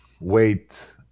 wait